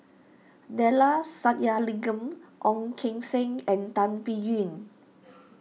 Neila Sathyalingam Ong Keng Sen and Tan Biyun